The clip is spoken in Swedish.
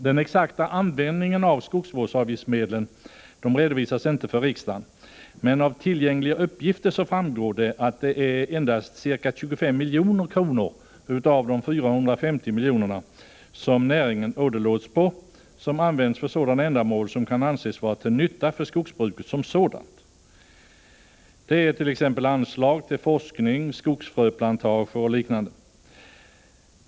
Den exakta användningen av skogsvårdsavgiftsmedlen redovisas inte för riksdagen, men av tillgängliga uppgifter framgår att endast ca 25 milj.kr. av de 450 milj.kr. som näringen åderlåts på används för sådana ändamål som kan anses vara till nytta för skogsbruket som sådant. Det är t.ex. anslag till forskning, skogsfröplantager och liknande.